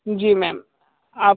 जी ma'am आप